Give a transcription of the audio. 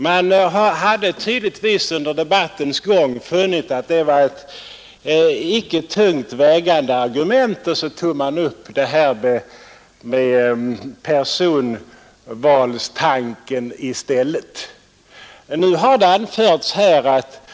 Man fann tydligtvis under debattens gång att det icke var ett tungt vägande argument, och därför tog man upp personvalstanken i stället. Det har anförts här att